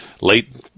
late